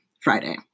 Friday